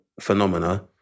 phenomena